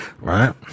Right